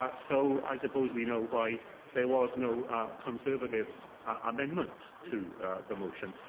ah so, i suppose we know why there was no conservative amendment to the motion.